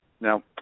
Now